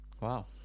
Wow